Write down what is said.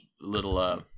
little